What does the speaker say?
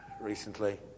recently